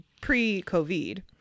pre-COVID